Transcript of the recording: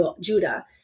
Judah